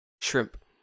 shrimp